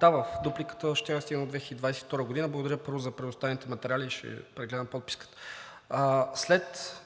да, в дупликата щях да стигна до 2022 г. Благодаря за предоставените материали, ще прегледам подписката. След